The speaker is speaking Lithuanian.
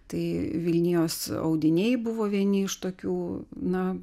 tai vilnijos audiniai buvo vieni iš tokių na